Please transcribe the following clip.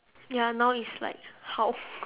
ya now is like how